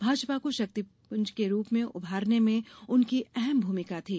भाजपा को शक्तिपुंज के रूप में उभारने में उनकी अहम भूमिका थी